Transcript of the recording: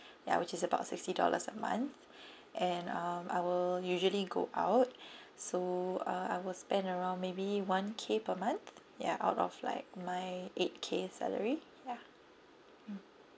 ya which is about sixty dollars a month and uh I will usually go out so uh I will spend around maybe one K per month ya out of like my eight K salary ya